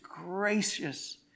gracious